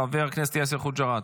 חבר הכנסת יאסר חוג'יראת.